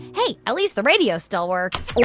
hey, at least the radio still works yeah